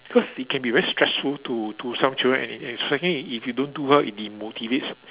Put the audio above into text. because it can be very stressful to to some children and and especially if you don't do well it demotivates